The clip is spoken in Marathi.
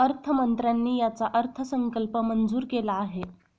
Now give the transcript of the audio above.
अर्थमंत्र्यांनी याचा अर्थसंकल्प मंजूर केला आहे